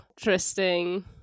interesting